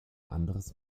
anderes